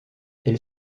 elle